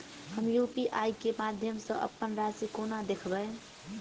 हम यु.पी.आई केँ माध्यम सँ अप्पन राशि कोना देखबै?